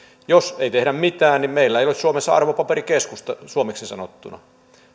jos ei tehdä mitään meillä ei ole suomessa arvopaperikeskusta suomeksi sanottuna